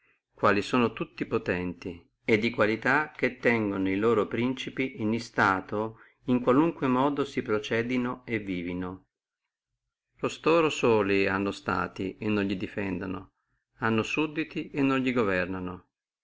quali sono suti tanto potenti e di qualità che tengono e loro principi in stato in qualunque modo si procedino e vivino costoro soli hanno stati e non li defendano sudditi e non li governano